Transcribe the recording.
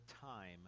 time